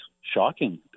shocking